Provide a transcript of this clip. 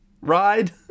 ride